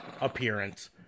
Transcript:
appearance